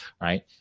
right